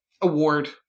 award